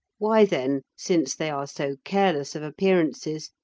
why then, since they are so careless of appearances,